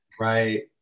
Right